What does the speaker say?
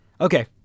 Okay